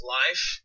life